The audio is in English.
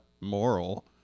moral